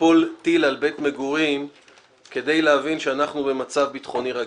שיפול טיל על בית מגורים כדי להבין שאנחנו במצב ביטחוני רגיש.